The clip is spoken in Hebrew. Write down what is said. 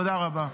תודה רבה.